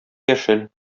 яшел